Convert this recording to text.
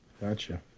Gotcha